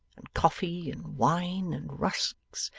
and coffee, and wine, and rusks,